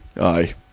aye